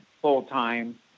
full-time